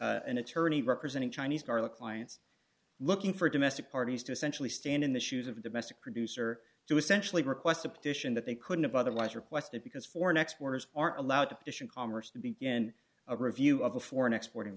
an attorney representing chinese garlic clients looking for domestic parties to essentially stand in the shoes of a domestic producer to essentially request a petition that they couldn't have otherwise requested because for next workers are allowed to petition congress to begin a review of a foreign exporting